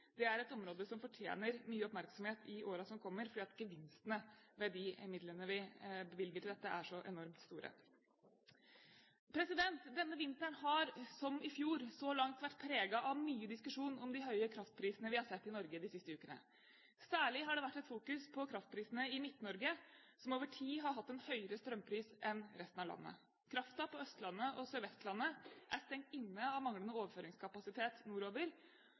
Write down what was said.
Det er et område som fortjener mye oppmerksomhet i årene som kommer, fordi gevinstene ved de midlene vi bevilger til dette, er så enormt store. Denne vinteren har, som i fjor, så langt vært preget av mye diskusjon om de høye kraftprisene vi har sett i Norge de siste ukene. Særlig har det vært et fokus på kraftprisene i Midt-Norge, som over tid har hatt en høyere strømpris enn resten av landet. Kraften på Østlandet og Sør-Vestlandet er stengt inne av manglende overføringskapasitet nordover,